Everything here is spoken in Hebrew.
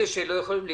אלה שלא יכולים להיפתח,